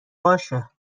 باشه